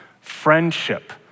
friendship